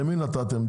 למי נתתם?